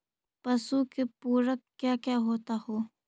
पशु के पुरक क्या क्या होता हो?